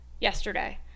yesterday